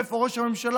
איפה ראש הממשלה,